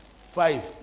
Five